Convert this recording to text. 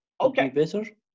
Okay